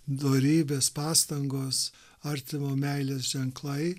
dorybės pastangos artimo meilės ženklai